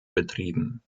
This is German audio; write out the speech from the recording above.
betrieben